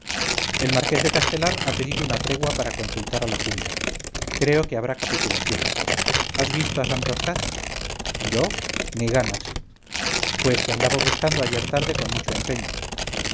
el marqués de castelar ha pedido una tregua para consultar a la junta creo que habrá capitulación has visto a santorcaz yo ni ganas pues te andaba buscando ayer tarde con mucho empeño